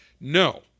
No